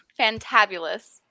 Fantabulous